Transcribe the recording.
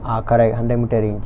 ah correct hundred meter range